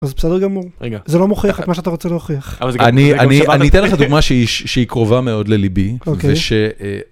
אז בסדר גמור. רגע. זה לא מוכיח את מה שאתה רוצה להוכיח. אני אתן לך דומה שהיא קרובה מאוד לליבי. אוקיי.וש...